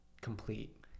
complete